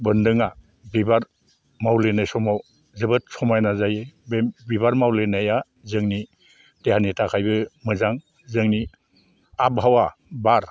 बोन्दोंआ बिबार मावलिनाय समाव जोबोद समायना जायो बे बिबार मावलिनाया जोंनि देहानि थाखायबो मोजां जोंनि आबहावा बार